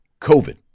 COVID